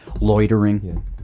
loitering